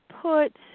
put